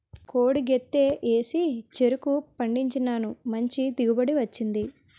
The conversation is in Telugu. కోడి గెత్తెం ఏసి చెరుకు పండించినాను మంచి దిగుబడి వచ్చింది